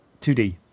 2D